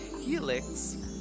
helix